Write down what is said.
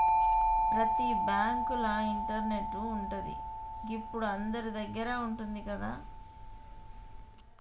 ప్రతి బాంకుల ఇంటర్నెటు ఉంటది, గిప్పుడు అందరిదగ్గర ఉంటంది గదా